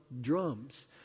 drums